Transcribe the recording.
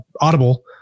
audible